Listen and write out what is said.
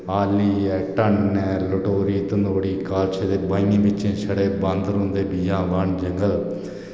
आली ऐ टन्न ऐ लटोरी तनोड़ी काल्छ दे बाइयें बिच्चें छड़े बांदर होंदे बियावान जंगल